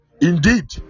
Indeed